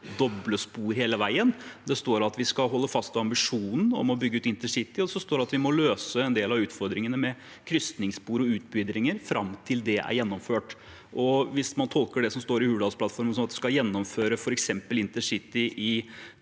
doble spor hele veien. Det står at vi skal holde fast på ambisjonen om å bygge ut intercity, og så står det at vi må løse en del av utfordringene med krysningsspor og utbedringer fram til det er gjennomført. Hvis man tolker det som står i Hurdalsplattformen slik at man skal gjennomføre f.eks. intercity i